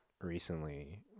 recently